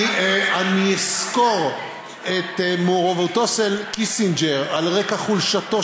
אני אסקור את מעורבותו של קיסינג'ר על רקע חולשתו